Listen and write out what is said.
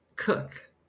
cook